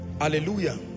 Hallelujah